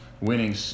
winning